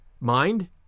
Mind